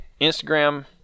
Instagram